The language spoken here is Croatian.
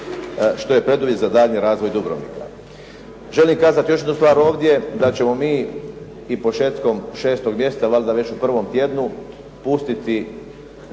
što je preduvjet za daljnji razvoj Dubrovnika. Želim kazati još jednu stvar ovdje, da ćemo mi i početkom 6. mjeseca, valjda već u prvom tjednu pustiti